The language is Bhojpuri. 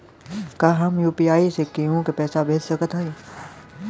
का हम यू.पी.आई से केहू के पैसा भेज सकत हई?